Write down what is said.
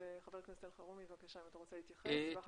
חבר הכנסת אלחרומי, אם אתה רוצה להתייחס, בבקשה.